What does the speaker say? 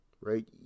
right